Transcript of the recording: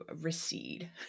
recede